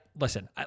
listen